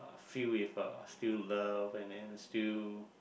feel with uh still in love and then still